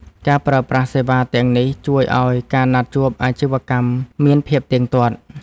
ការប្រើប្រាស់សេវាទាំងនេះ ជួយឱ្យការណាត់ជួបអាជីវកម្មមានភាពទៀងទាត់។